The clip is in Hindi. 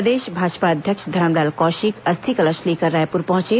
प्रदेश भाजपा अध्यक्ष धरमलाल कौशिक अस्थि कलश लेकर रायपुर पहुंचे